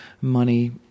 money